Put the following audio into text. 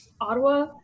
Ottawa